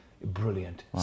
brilliant